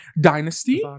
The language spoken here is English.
Dynasty